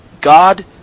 God